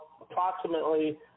approximately